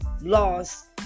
Lost